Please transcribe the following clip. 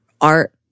art